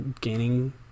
gaining